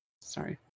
Sorry